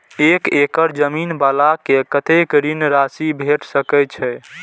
एक एकड़ जमीन वाला के कतेक ऋण राशि भेट सकै छै?